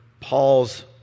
Paul's